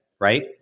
right